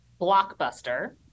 Blockbuster